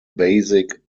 basic